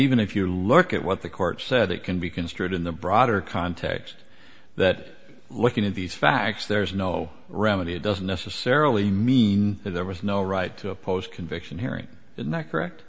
even if you look at what the court said it can be construed in the broader context that looking at these facts there is no remedy it doesn't necessarily mean that there was no right to post conviction hearing in that correct